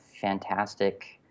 fantastic